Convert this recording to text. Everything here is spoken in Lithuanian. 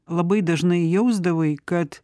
labai dažnai jausdavai kad